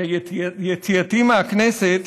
שיציאתי מהכנסת